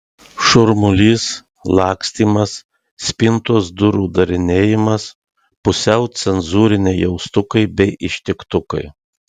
šurmulys lakstymas spintos durų darinėjimas pusiau cenzūriniai jaustukai bei ištiktukai